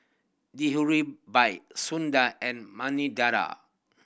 Dihuribi Soondar and Manidala